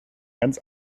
ganz